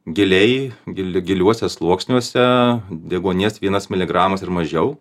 giliai gil giliuose sluoksniuose deguonies vienas miligramas ir mažiau